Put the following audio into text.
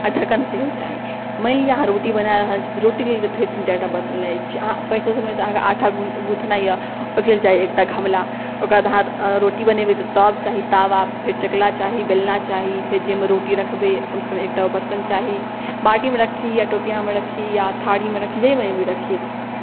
आ ढक्कन सेहो चाही मानि लिअ अहाँ रोटी बना रहल छी तऽ रोटीके लेल तऽ फेर तीन चारि टा बर्तन लागि जाइ छै अहाँ पहिने सभसँ पहिने तऽ अहाँकेँ आँटा गुँ गुँथनाइ यए ओहिके लेल चाही एकटा घमला ओकर बाद अहाँ रोटी बनेबै तऽ तव चाही तावा फेर चकला चाही बेलना चाही फेर जाहिमे रोटी रखबै कमसँ कम एकटा ओ बर्तन चाही बाटीमे राखी या टोपिआमे राखी या थारीमे राखी जाहिमे भी रखियै